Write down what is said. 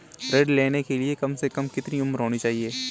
ऋण लेने के लिए कम से कम कितनी उम्र होनी चाहिए?